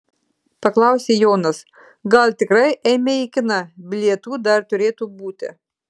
paklausė jonas gal tikrai eime į kiną bilietų dar turėtų būti